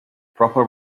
proper